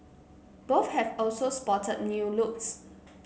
both have also spotted new looks